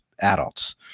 adults